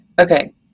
Okay